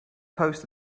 post